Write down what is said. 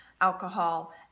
alcohol